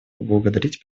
поблагодарить